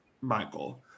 Michael